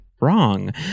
wrong